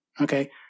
Okay